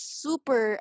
super